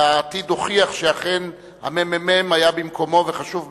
והעתיד הוכיח שאכן הממ"מ היה במקומו וחשוב ביותר.